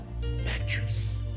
mattress